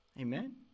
Amen